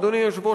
אדוני היושב-ראש,